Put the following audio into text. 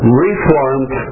reformed